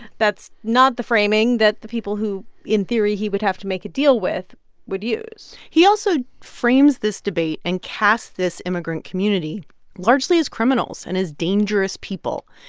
that's not the framing that the people who, in theory, he would have to make a deal with would use he also frames this debate and casts this immigrant community largely as criminals and as dangerous people.